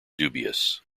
dubious